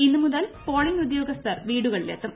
ഇന്നുമുതൽ പോളിങ് ഉദ്യോഗസ്ഥർ വീടുകളിലെത്തും